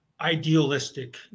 idealistic